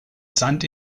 sand